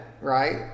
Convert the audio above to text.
right